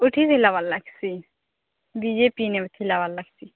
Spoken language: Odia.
କୋଉଠି ହେଲା ବାଲା ସେ ବି ଜେ ପି ନେଉଥିଲା ବାଲ୍ ଲାଗସି